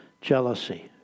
jealousy